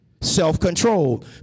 Self-control